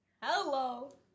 Hello